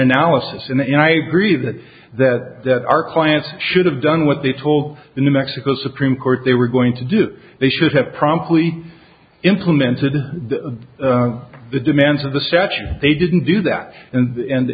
analysis and you know i agree that that our clients should have done what they told the new mexico supreme court they were going to do they should have promptly implemented the demands of the statute they didn't do that and